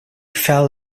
fell